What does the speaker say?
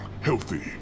healthy